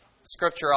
scripture